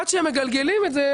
עד שהם מגלגלים את זה,